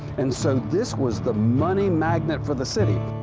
and so this was the money magnet for the city.